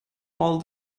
all